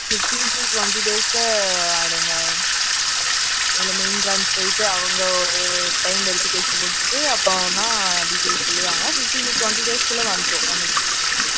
fifteen to twenty டேஸ்சே ஆயிடுங்க இல்லை மெயின் பிரான்ச் போய்விட்டு அவங்க ஒரு டைம் வெரிஃபிகேஷன் முடிச்சிவிட்டு அப்புறோம் தான் டீடெயில்ஸ் சொல்லுவாங்க ஃபிப்ட்டின் டு டுவெண்ட்டி டேஸில் குள்ளே வந்துரும் ஒன்றும் பிரச்சனை இல்லை